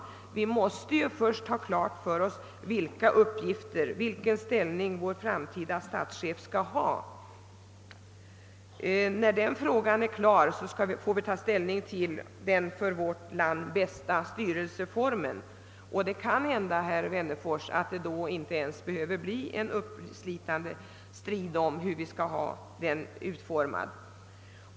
Först måste vi ha klart för oss vilka uppgifter och vilken ställning vår framtida statschef skall ha. När den frågan är löst får vi ta ställning till den för vårt land bästa styrelseformen. Och det kan hända, herr Wennerfors, att det då inte behöver bli någon uppslitande strid om styrelseformen.